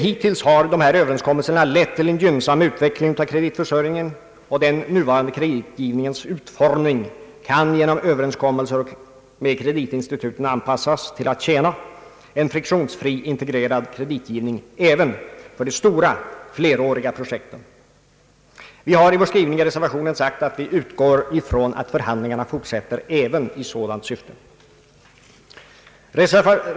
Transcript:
Hittills har dessa överenskommelser lett till en gynnsam utveckling av kreditförsörjningen, och den nuvarande kreditgivningens utformning kan genom överenskommelser med kreditinstituten anpassas till att tjäna en friktionsfri integrerad kreditgivning även för de stora fleråriga projekten. Vi har sagt i reservationen att vi utgår ifrån att förhandlingarna fortsätter även i sådant syfte.